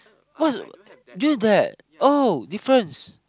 what's use that oh difference